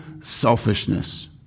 selfishness